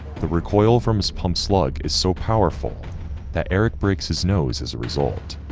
the recoil from his pump slug is so powerful that eric breaks his nose as a result.